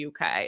UK